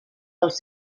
pels